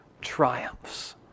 triumphs